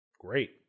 Great